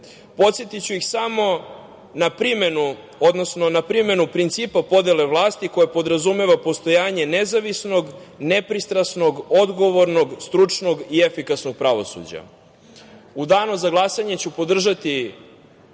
jednak. Podsetiću ih samo na primenu principa podele vlasti koja podrazumeva postojanje nezavisnog, nepristrasnog, odgovornog, stručnog i efikasnog pravosuđa.U danu za glasanje ću podržati